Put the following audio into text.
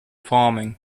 farming